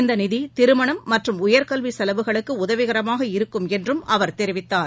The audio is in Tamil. இந்த நிதி திருமணம் மற்றும் உயர்கல்வி செலவுகளுக்கு உதவிகரமாக இருக்கும் என்றும் அவர் தெரிவித்தார்